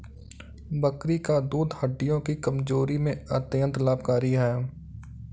बकरी का दूध हड्डियों की कमजोरी में अत्यंत लाभकारी है